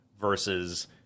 versus